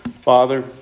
Father